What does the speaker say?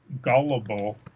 gullible